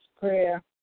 prayer